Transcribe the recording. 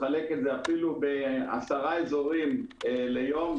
תחלק את זה אפילו בעשרה אזורים ליום,